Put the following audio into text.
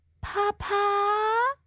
Papa